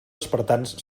espartans